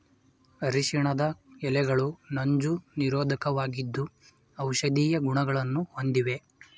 ಅರಿಶಿಣದ ಎಲೆಗಳು ನಂಜು ನಿರೋಧಕವಾಗಿದ್ದು ಔಷಧೀಯ ಗುಣಗಳನ್ನು ಹೊಂದಿವೆ